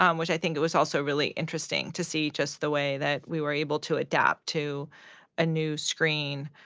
um which i think it was also really interesting to see just the way that we were able to adapt to a new screen.